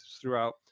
throughout